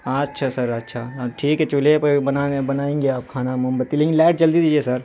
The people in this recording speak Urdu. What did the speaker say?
اچھا سر اچھا ٹھیک ہے چولہے پہ بنائیں گے اب کھانا موم بتی لیکن لائٹ جلدی دیجیے سر